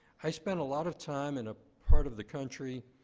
i spent a lot of time in a part of the country